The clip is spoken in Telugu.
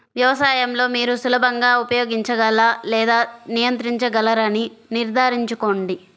వ్యవసాయం లో మీరు సులభంగా ఉపయోగించగల లేదా నియంత్రించగలరని నిర్ధారించుకోండి